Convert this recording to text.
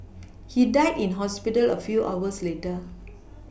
he died in hospital a few hours later